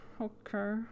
Okay